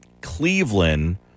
Cleveland